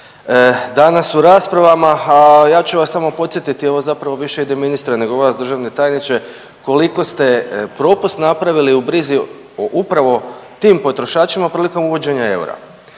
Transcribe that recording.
danas u raspravama, a ja ću vas samo podsjetiti, ovo zapravo više ide ministra nego vas državni tajniče, koliko ste propust napravili u brizi o upravo tim potrošačima prilikom uvođenja eura,